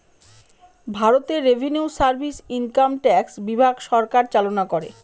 ভারতে revenue service income tax বিভাগ সরকার চালনা করে